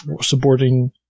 supporting